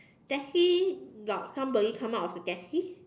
taxi got somebody come out of the taxi